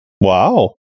Wow